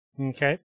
Okay